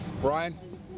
Brian